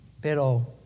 Pero